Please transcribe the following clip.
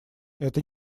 это